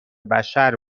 بشر